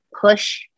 push